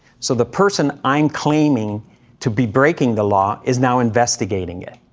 so the person i'm claiming to be breaking the law is now investigating it,